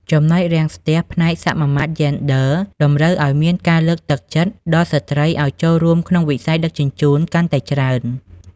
ចំណុចរាំងស្ទះផ្នែក "សមាមាត្រយេនឌ័រ" តម្រូវឱ្យមានការលើកទឹកចិត្តដល់ស្ត្រីឱ្យចូលរួមក្នុងវិស័យដឹកជញ្ជូនកាន់តែច្រើន។